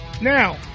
Now